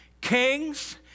Kings